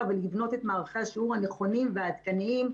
ולבנות את מערכי השיעורים הנכונים והעדכניים,